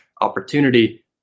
opportunity